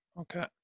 Okay